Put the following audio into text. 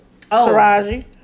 Taraji